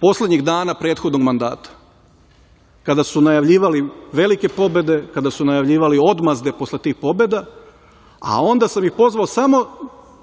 poslednjih dana prethodnog mandata kada su najavljivali velike pobede, kada su najavljivali odmazde posle tih pobeda, a onda sam ih pozvao samo